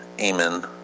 Amen